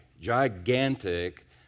gigantic